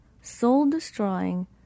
soul-destroying